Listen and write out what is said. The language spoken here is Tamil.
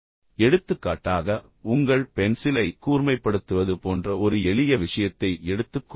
எடுத்துக்காட்டாக உங்கள் பென்சிலை கூர்மைப்படுத்துவது போன்ற ஒரு எளிய விஷயத்தை எடுத்துக் கொள்ளுங்கள்